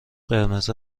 قرمز